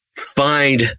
find